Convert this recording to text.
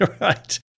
right